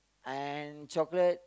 and chocolate